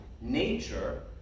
nature